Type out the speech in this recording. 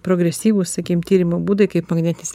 progresyvūs sakykim tyrimo būdai kaip magnetinis